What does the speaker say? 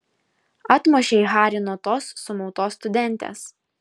atmušei harį nuo tos sumautos studentės